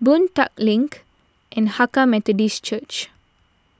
Boon Tat Link and Hakka Methodist Church